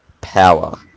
power